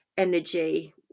energy